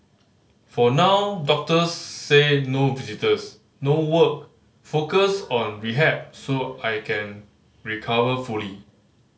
for now doctors say no visitors no work focus on rehab so I can recover fully